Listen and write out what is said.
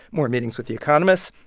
more meetings with the economists,